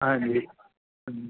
ਹਾਂਜੀ ਹਾਂਜੀ